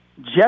Jeff